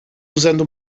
usando